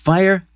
Fire